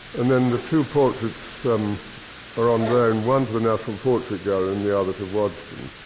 and then the two portraits are on loan. one to the national portrait gallery, and the other to waddesdon.